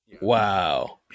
Wow